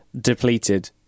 depleted